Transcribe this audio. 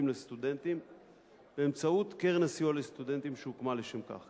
לסטודנטים באמצעות קרן הסיוע לסטודנטים שהוקמה לשם כך.